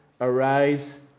Arise